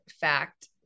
fact